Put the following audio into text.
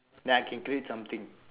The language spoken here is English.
then I can create something